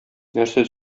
нәрсә